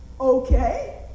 Okay